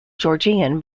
georgian